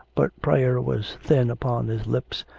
but prayer was thin upon his lips,